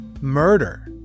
murder